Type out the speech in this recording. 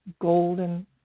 golden